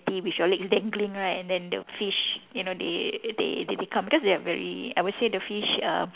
with your legs dangling right and then the fish you know they they they come because they are very I would say the fish uh